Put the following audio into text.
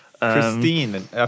Christine